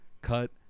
Cut